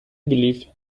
believe